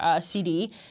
CD